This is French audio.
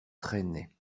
traînait